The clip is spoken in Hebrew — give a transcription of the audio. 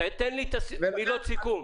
תן לי מילות סיכום.